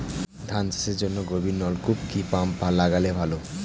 ধান চাষের জন্য গভিরনলকুপ কি পাম্প লাগালে ভালো?